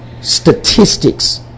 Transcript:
statistics